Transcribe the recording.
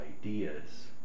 ideas